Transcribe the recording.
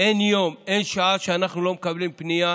אין יום, אין שעה שאנחנו לא מקבלים פנייה